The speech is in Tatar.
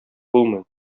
булмый